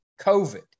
COVID